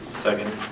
Second